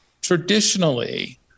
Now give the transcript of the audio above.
traditionally